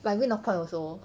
but I'm going north point also